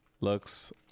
Looks